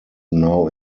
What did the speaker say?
now